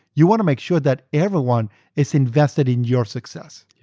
you want to make sure that everyone is invested in your success.